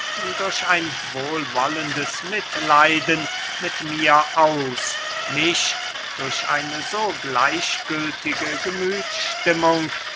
durch ein wohlwollendes mitleiden mit mir aus mich durch eine so gleichgültige